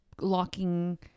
locking